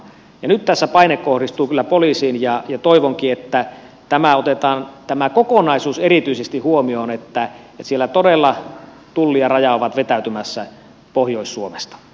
nyt tässä paine kohdistuu kyllä poliisiin ja toivonkin että otetaan erityisesti huomioon tämä kokonaisuus että siellä todella tulli ja raja ovat vetäytymässä pohjois suomesta